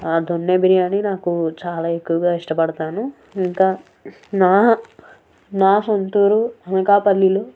ఆ దొన్నె బిర్యాని నాకు చాలా ఎక్కువగా ఇష్టపడతాను ఇంకా నా సొంతూరు అనకాపల్లిలో